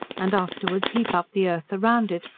and afterwards heap up the earth around it,